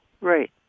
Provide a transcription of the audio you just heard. Right